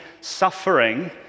suffering